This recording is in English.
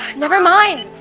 nevermind.